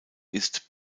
ist